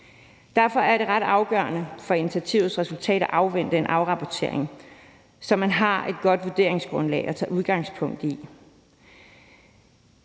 Derfor er det ret afgørende for initiativets resultat at afvente en afrapportering, så man har et godt vurderingsgrundlag at tage udgangspunkt i.